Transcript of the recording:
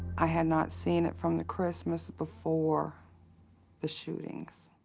i had not seen it from the christmas before the shootings.